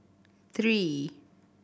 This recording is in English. three